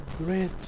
great